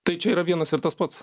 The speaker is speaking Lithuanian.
tai čia yra vienas ir tas pats